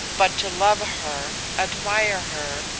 but to love her, admire her,